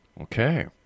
Okay